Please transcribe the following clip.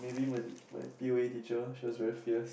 maybe my my P_O_A teacher she was very fierce